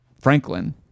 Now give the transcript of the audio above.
franklin